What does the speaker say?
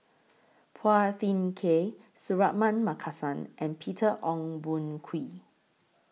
Phua Thin Kiay Suratman Markasan and Peter Ong Boon Kwee